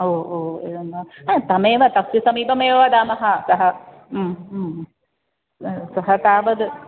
ओ ओ एवं वा ह तमेव तस्य समीपेव वदामः सः सः तावद्